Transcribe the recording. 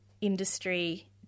industry